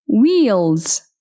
Wheels